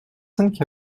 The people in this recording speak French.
cinq